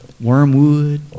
wormwood